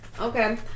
Okay